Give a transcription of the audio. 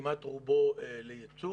שכמעט רובו לייצוא.